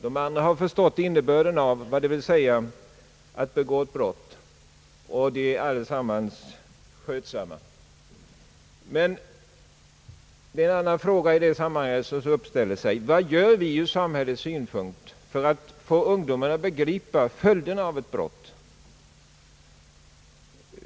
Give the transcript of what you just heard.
De andra har förstått innebörden av vad det vill säga att begå brott, och de har allesammans blivit skötsamma. Men det är en annan fråga som i detta sammanhang uppkommer. Vad gör vi ur samhällets synpunkt för att få ungdomarna att förstå följderna av ett brott?